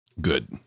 Good